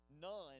None